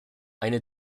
eine